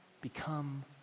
become